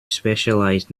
specialised